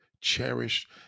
cherished